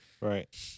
right